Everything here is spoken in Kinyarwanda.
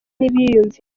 n’ibyiyumviro